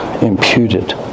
imputed